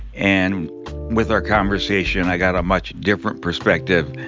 and with our conversation, i got a much different perspective,